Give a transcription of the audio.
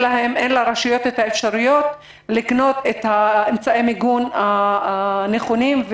לרשויות אפשרויות לקנות את אמצעי המיגון הנכונים.